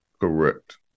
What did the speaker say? Correct